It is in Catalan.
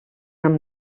amb